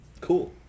Cool